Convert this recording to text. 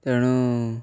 ତେଣୁ